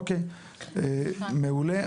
אוקיי, מעולה.